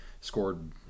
Scored